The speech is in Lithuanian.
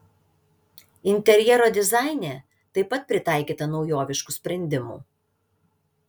interjero dizaine taip pat pritaikyta naujoviškų sprendimų